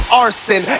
arson